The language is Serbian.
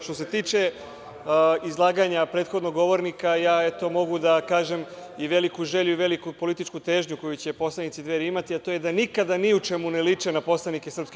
Što se tiče izlaganja prethodnog govornika, ja eto mogu da kažem i veliku želju i veliku političku težnju koju će poslanici Dveri imati, a to je da nikada ni u čemu ne liče na poslanike SNS.